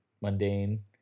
mundane